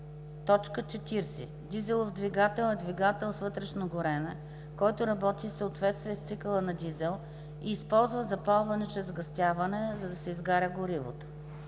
40. „Дизелов двигател“ е двигател с вътрешно горене, който работи в съответствие с цикъла на Дизел и използва запалване чрез сгъстяване, за да изгаря горивото.